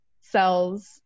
cells